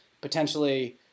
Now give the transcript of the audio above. potentially